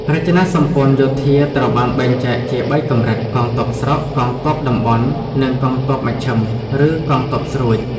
រចនាសម្ព័ន្ធយោធាត្រូវបានបែងចែកជា ៣ កម្រិត៖ កងទ័ពស្រុក, កងទ័ពតំបន់ និងកងទ័ពមជ្ឈិម (ឬ កងទ័ពស្រួច)។